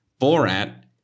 Borat